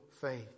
faith